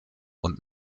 und